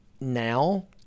now